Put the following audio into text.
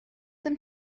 them